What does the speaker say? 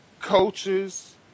coaches